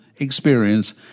experience